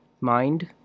mind